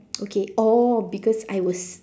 okay orh because I was